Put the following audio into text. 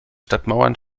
stadtmauern